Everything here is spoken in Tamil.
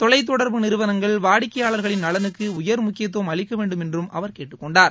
தொலைத்தொடர்பு நிறுவனங்கள் வாடிக்கையாளர்களின் நலனுக்கு உயர் முக்கியத்துவம் அளிக்கவேண்டும் என்று அவர் கேட்டுக்கொண்டார்